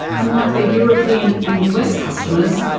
unlike their european and us customers,